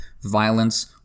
violence